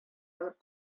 алып